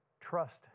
trust